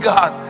God